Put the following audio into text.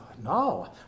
no